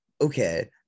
Okay